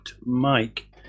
Mike